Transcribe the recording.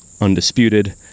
undisputed